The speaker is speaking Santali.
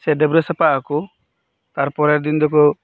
ᱥᱮ ᱰᱟᱹᱵᱽᱨᱟᱹ ᱥᱟᱯᱷᱟ ᱟᱠᱚ ᱛᱟᱨ ᱯᱚᱨᱮᱨ ᱫᱤᱱ ᱫᱚᱠᱚ